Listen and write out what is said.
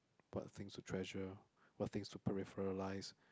what things to treasure what things to peripheralise